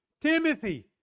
Timothy